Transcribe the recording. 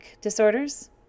disorders